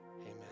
amen